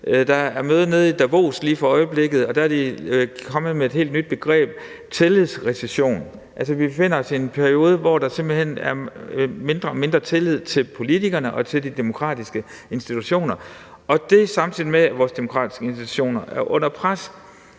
Der er møde nede i Davos lige for øjeblikket, og der er de kommet med et helt nyt begreb, nemlig tillidsrecession. Altså, vi befinder os i en periode, hvor der simpelt hen er mindre og mindre tillid til politikerne og til de demokratiske institutioner, samtidig med at vores demokratiske institutioner er under pres.